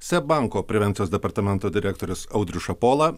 seb banko prevencijos departamento direktorius audrius šapola